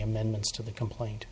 amendments to the complaint